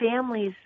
families